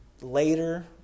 later